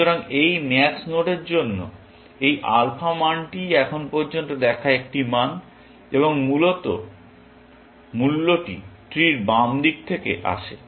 সুতরাং এই ম্যাক্স নোডের জন্য এই আলফা মানটিই এখন পর্যন্ত দেখা একটি মান এবং মূলত মূল্যটি ট্রির বাম দিক থেকে আসে